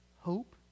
hope